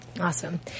Awesome